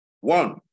One